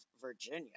Virginia